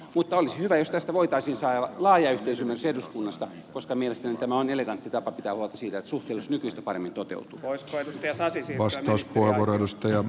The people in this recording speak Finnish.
mutta olisi hyvä jos tästä voitaisiin saada laaja yhteisymmärrys eduskunnasta koska mielestäni tämä on elegantti tapa pitää huolta siitä että suhteellisuus nykyistä paremmin toteutuu pois vain kesäisin siivosti jos puolue edustaja